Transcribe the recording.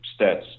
stats